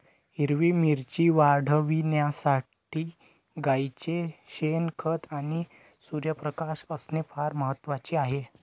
हिरवी मिरची वाढविण्यासाठी गाईचे शेण, खत आणि सूर्यप्रकाश असणे फार महत्वाचे आहे